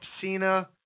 Cena